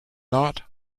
not